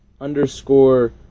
underscore